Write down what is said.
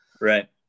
Right